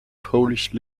polish